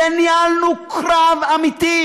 וניהלנו קרב אמיתי,